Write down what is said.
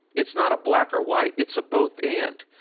it's not a black or white. it's a both and.